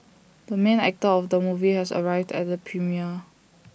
the main actor of the movie has arrived at the premiere